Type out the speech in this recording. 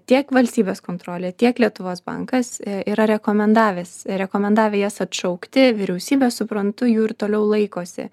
tiek valstybės kontrolė tiek lietuvos bankas yra rekomendavęs rekomendavę jas atšaukti vyriausybė suprantu jų ir toliau laikosi